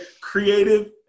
creative